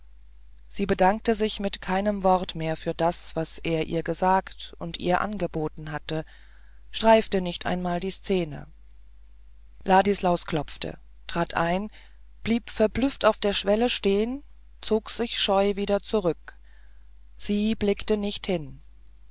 sie bedankte sich mit keinem wort mehr für das was er ihr gesagt und ihr angeboten hatte streifte nicht einmal die szene ladislaus klopfte trat ein blieb verblüfft auf der schwelle stehen zog sich scheu wieder zurück sie blickte nicht hin